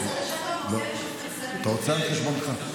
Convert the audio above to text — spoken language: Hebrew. אתה רוצה, על חשבונך.